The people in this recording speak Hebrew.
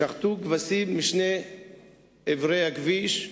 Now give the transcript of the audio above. שחטו כבשים משני עברי הכביש,